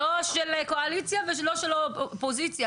לא מהקואליציה ולא מהאופוזיציה.